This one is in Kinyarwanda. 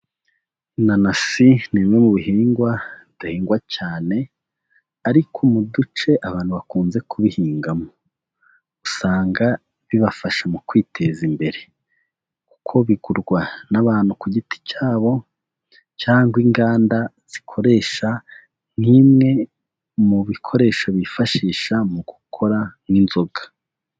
Ananasi ni imwe mu bihingwa bidahingwa cyane ariko mu duce abantu bakunze kubihingamo, usanga bibafasha mu kwiteza imbere kuko bigurwa n'abantu ku giti cyabo cyangwa inganda zikoresha nk'imwe mu bikoresho bifashisha mu gukora nk'inzoga.